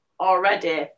already